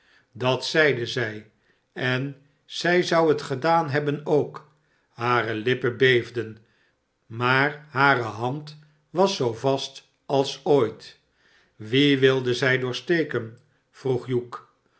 dat zeide zij en zij zou het gedaan hebben ook hare lippen beefden maar hare hand was zoo vast als ooit wien wilde zij doorsteken vroeg hugh